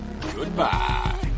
Goodbye